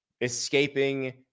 escaping